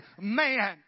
man